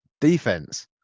defense